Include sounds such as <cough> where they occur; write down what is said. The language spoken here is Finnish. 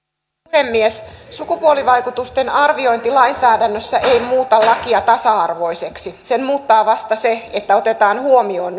puhemies sukupuolivaikutusten arviointi lainsäädännössä ei muuta lakia tasa arvoiseksi sen muuttaa vasta se että otetaan huomioon <unintelligible>